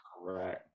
Right